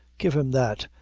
give him that,